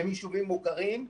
הם יישובים מוכרים.